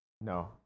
no